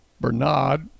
Bernard